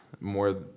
more